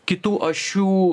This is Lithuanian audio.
kitų ašių